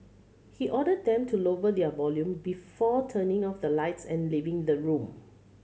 he ordered them to lower their volume before turning off the lights and leaving the room